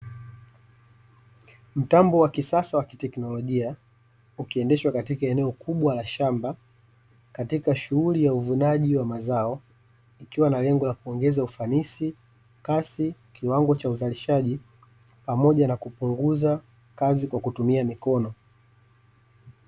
Mtambo wa kisasa wa kiteknolojia ukiendeshwa katika eneo kubwa la shamba, katika shughuli ya uvunaji wa mazao ikiwa na lengo la kuongeza ufanisi, kasi, kiwango cha uzalishaji pamoja na kupunguza kazi kwa kutumia mikono.